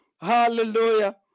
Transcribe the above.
Hallelujah